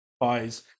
buys